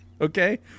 Okay